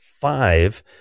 five